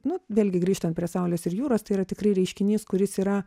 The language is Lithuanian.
nu vėlgi grįžtant prie saulės ir jūros tai yra tikrai reiškinys kuris yra